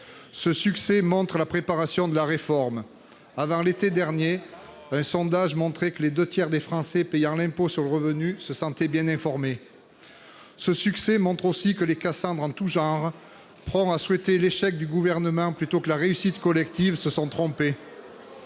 Ce succès montre la préparation de la réforme. Avant l'été dernier, un sondage montrait que les deux tiers des Français payant l'impôt sur le revenu se sentaient bien informés. Ce succès montre aussi que les Cassandre en tout genre, prompts à souhaiter l'échec du Gouvernement plutôt que la réussite collective, se sont trompés.